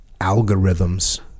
algorithms